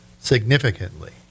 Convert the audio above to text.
significantly